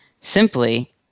Simply